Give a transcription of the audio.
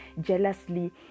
jealously